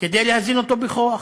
כדי להזין אותו בכוח,